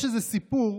יש איזה סיפור